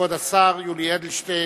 כבוד השר יולי אדלשטיין.